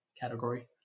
category